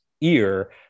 ear